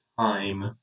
time